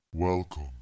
Welcome